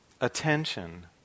attention